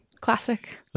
Classic